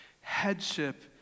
Headship